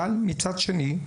אבל מצד שני,